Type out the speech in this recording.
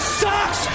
sucks